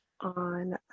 on